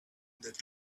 that